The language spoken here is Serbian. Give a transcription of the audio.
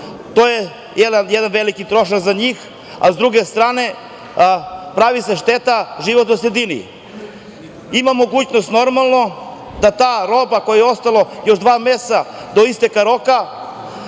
to je jedan veliki trošak za njih, a sa druge strane pravi se šteta životnoj sredini. Ima mogućnost, normalno da ta roba kojoj je ostalo još dva meseca do isteka roka,